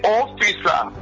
officer